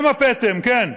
גם הפטם, כן,